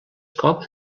cop